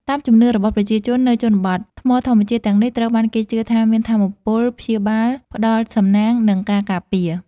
តាមជំនឿរបស់ប្រជាជននៅជនបទ ថ្មធម្មជាតិទាំងនេះត្រូវបានគេជឿថាមានថាមពលព្យាបាល ផ្ដល់សំណាង និងការការពារ។